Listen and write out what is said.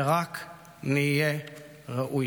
שרק נהיה ראויים.